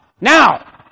Now